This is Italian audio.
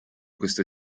questo